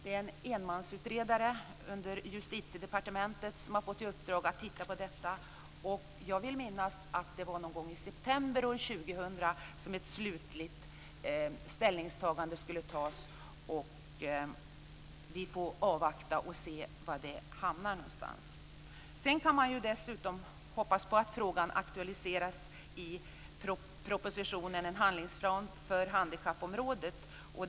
En enmansutredare under Justitiedepartementet har fått i uppdrag att titta på detta. Jag vill minnas att det var någon gång i september 2000 som ett slutligt ställningstagande skulle komma. Vi får avvakta och se var det hamnar någonstans. Sedan kan man dessutom hoppas på att frågan aktualiseras i propositionen En handlingsplan för handikappområdet.